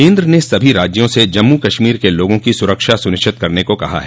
केंद्र ने सभी राज्यों से जम्मू कश्मीर के लोगों की सुरक्षा सुनिश्चित करने को कहा है